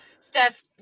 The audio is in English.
Steph